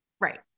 Right